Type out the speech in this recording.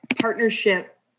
partnership